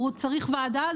הוא צריך ועדה,